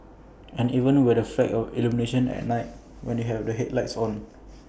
and even have the effect of illumination at night when you have your headlights on